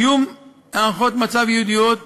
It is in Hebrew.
קיום הערכות מצב ייעודיות,